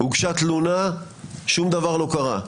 הוגשה תלונה, שום דבר לא קרה.